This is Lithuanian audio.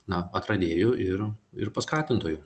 na atradėju ir ir paskatintoju